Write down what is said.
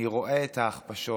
אני רואה את ההכפשות.